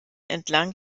entlang